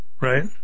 right